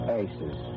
aces